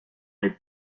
les